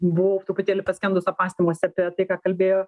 buvau truputėlį paskendus apmąstymuose apie tai ką kalbėjo